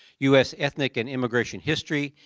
us ethnic and immigration history,